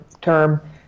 term